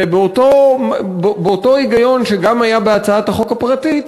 ובאותו היגיון, שהיה גם בהצעת החוק הפרטית,